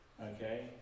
Okay